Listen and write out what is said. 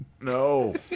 No